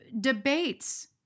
Debates